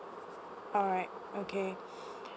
alright okay